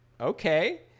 okay